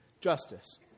justice